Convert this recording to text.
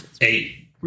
Eight